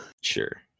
Sure